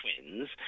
twins